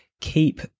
keep